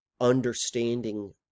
understanding